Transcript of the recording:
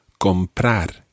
comprar